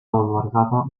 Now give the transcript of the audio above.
albergava